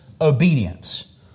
obedience